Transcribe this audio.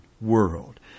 world